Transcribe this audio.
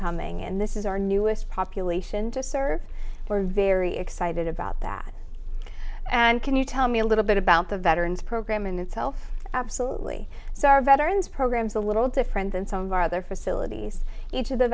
coming and this is our newest population to serve we're very excited about that and can you tell me a little bit about the veterans program in itself absolutely so our veterans programs a little different than some of our other facilities each of the